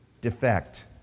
defect